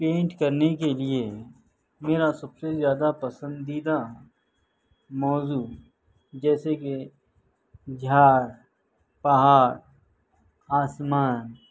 pant کرنے کے لیے میرا سب سے زیادہ پسندیدہ موضوع جیسے کہ جھاڑ پہاڑ آسمان